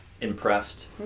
impressed